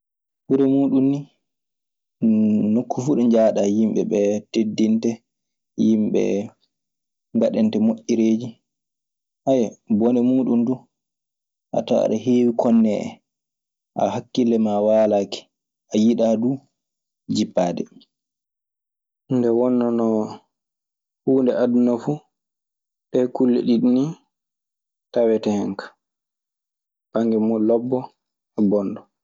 Ɓure muuɗun ni nokku fuu ɗo njahaɗaa yimɓe ɓee teddinte. Yimɓe mbaɗan te moƴƴereeji bone muuɗun du a taɗan- aɗe- heewi konee en awa hakkille maa waalaaki a yiɗaa du jippaade. Nde wonnanoo huunde aduna fuu, ɗee kulle ɗiɗi nii tawetee hen kaa: bannge mun lobbo e bonɗo.